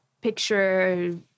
picture